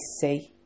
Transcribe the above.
see